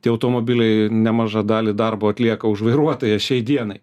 tie automobiliai nemažą dalį darbo atlieka už vairuotoją šiai dienai